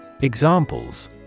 Examples